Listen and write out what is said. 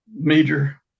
major